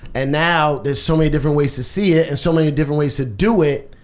and now there's so many different ways to see it and so many different ways to do it.